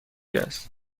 است